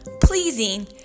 pleasing